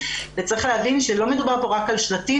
צריך להבין שלא מדובר כאן רק על שלטים